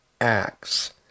acts